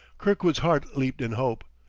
kirkwood's heart leaped in hope.